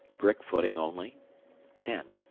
brick footing only ten.